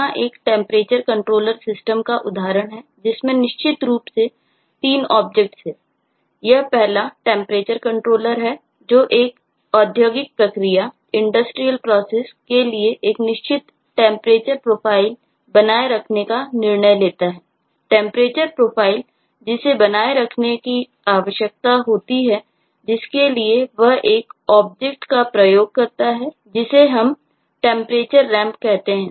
यहाँ एक temperature controller system का उपयोग करता है जिसे हम TemperatureRamp कहते हैं